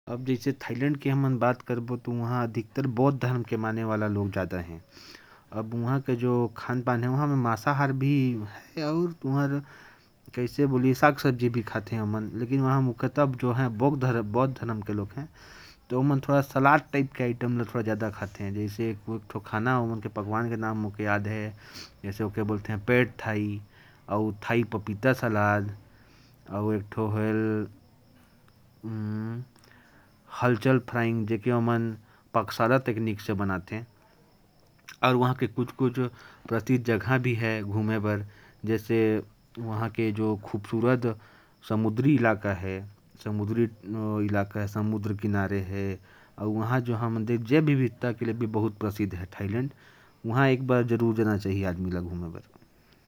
थाईलैंड की बात करूं, तो वहां बौद्ध धर्म को मानने वाले लोग ज्यादा हैं। मांसाहारी भोजन यहां ज्यादा मशहूर नहीं है। लोग यहां ज्यादा सलाद और साग-सब्जी खाना पसंद करते हैं। मशहूर डिश हैं यहां के पैड थाई और पपीता सलाद। यहां के समुद्र तट भी बहुत खूबसूरत हैं।